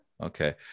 Okay